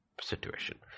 situation